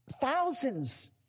thousands